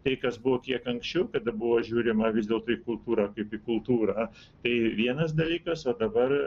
tai kas buvo kiek anksčiau kada buvo žiūrima vis dėlto į kultūrą kaip į kultūrą tai vienas dalykas o dabar